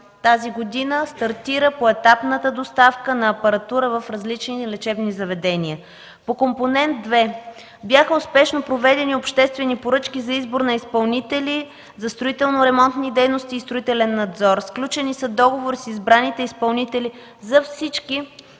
тази година стартира поетапната доставка на апаратура в различните лечебни заведения. По Компонент две успешно бяха проведени обществени поръчки за избор на изпълнители за строително-ремонтни дейности и строителен надзор. Сключени са договори с избраните изпълнители за всички